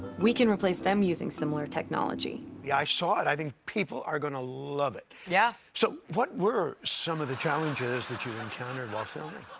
we can replace them using similar technology. i saw it. i think people are going to love it. yeah. so what were some of the challenges that you encountered while filming?